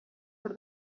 per